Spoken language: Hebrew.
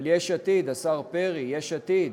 אבל יש עתיד, השר פרי, יש עתיד,